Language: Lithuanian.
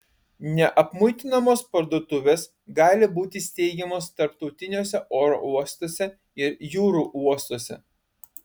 neapmuitinamos parduotuvės gali būti steigiamos tarptautiniuose oro uostuose ir jūrų uostuose